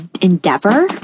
endeavor